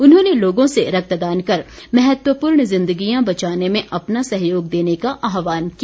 उन्होंने लोगों से रक्तदान कर महत्वपूर्ण जिंदगियां बचाने में अपना सहयोग देने का आहवान किया